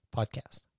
podcast